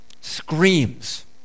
screams